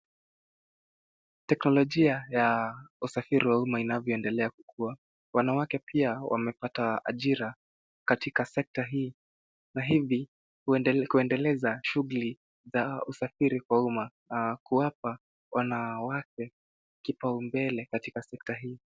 Teknolojia ya usafiri wa umma inavyoendelea kukuwa. Wanawake pia wamepata ajira katika sekta hii na hivi kuendeleza shughuli za usafiri kwa umma, kuwapa wanawake kipaombele katika sekta hii.